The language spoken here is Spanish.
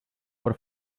por